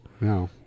no